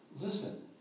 Listen